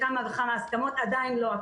והרוב עדיין בבית,